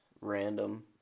Random